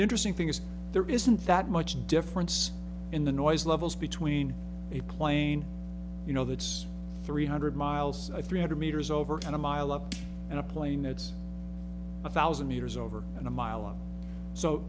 interesting thing is there isn't that much difference in the noise levels between a plane you know that's three hundred miles three hundred meters over and a mile up and a plane it's one thousand meters over and a mile long so